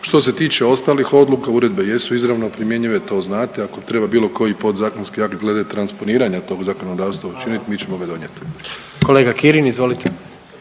Što se tiče ostalih odluka uredbe jesu izravno primjenjive, to znate. Ako treba bilo koji podzakonski akt glede transponiranja tog zakonodavstva učiniti mi ćemo ga donijeti. **Jandroković,